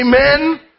amen